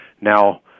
Now